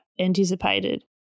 anticipated